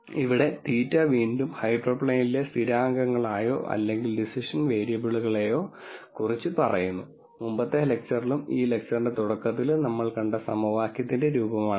ഇവിടെ θ വീണ്ടും ഹൈപ്പർപ്ലെയിനിലെ സ്ഥിരാങ്കങ്ങളെയോ അല്ലെങ്കിൽ ഡിസിഷൻ വേരിയബിളുകളെയോ കുറിച്ച പറയുന്നു മുമ്പത്തെ ലെക്ച്ചറിലും ഈ ലെക്ച്ചറിന്റെ തുടക്കത്തിലും നമ്മൾ കണ്ട സമവാക്യത്തിന്റെ രൂപമാണിത്